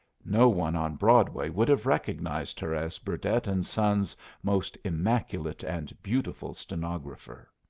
no one on broadway would have recognized her as burdett and sons' most immaculate and beautiful stenographer.